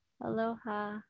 Aloha